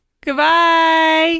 Goodbye